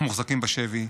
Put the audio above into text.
ומוחזקים בשבי.